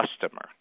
customer